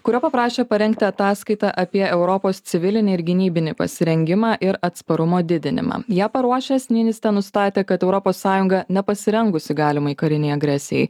kurio paprašė parengti ataskaitą apie europos civilinį ir gynybinį pasirengimą ir atsparumo didinimą ją paruošęs nyniste nustatė kad europos sąjunga nepasirengusi galimai karinei agresijai